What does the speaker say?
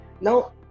Now